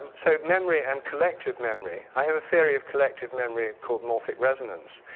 so, memory and collective memory. i have a theory of collective memory called morphic resonance.